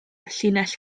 llinell